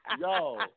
yo